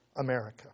America